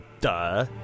Duh